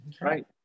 right